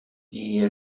die